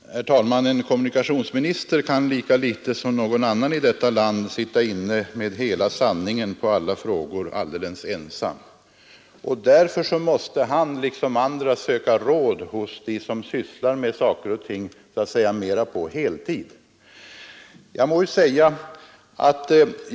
Herr talman! En kommunikationsminister kan lika litet som någon annan i detta land sitta inne med hela sanningen i alla frågor alldeles ensam. Därför måste han liksom andra söka råd hos dem som sysslar med saker och ting så att säga mera på heltid.